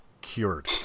cured